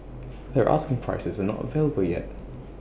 their asking prices are not available yet